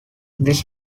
this